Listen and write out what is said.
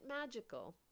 magical